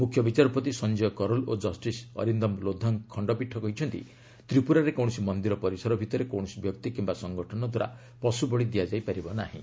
ମ୍ରଖ୍ୟ ବିଚାରପତି ସଞ୍ଜୟ କରୋଲ୍ ଓ କଷ୍ଟିସ୍ ଅରିନ୍ଦମ ଲୋଧଙ୍କ ଖଣ୍ଡପୀଠ କହିଛନ୍ତି ତ୍ରିପୁରାରେ କୌଣସି ମନ୍ଦିର ପରିସର ଭିତରେ କୌଣସି ବ୍ୟକ୍ତି କିମ୍ବା ସଂଗଠନ ଦ୍ୱାରା ପଶୁବଳୀ ଦିଆଯାଇ ପାରିବ ନାହିଁ